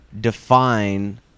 define